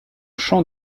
champ